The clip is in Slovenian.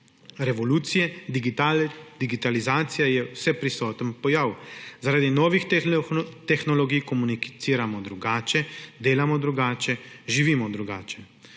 revolucije, digitalizacija je vseprisoten pojav. Zaradi novih tehnologij komuniciramo drugače, delamo drugače, živimo drugače.